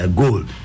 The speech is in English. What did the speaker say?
gold